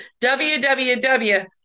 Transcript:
www